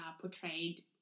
portrayed